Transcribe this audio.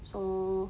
so